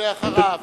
ואחריו,